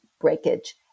breakage